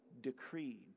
decreed